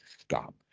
stop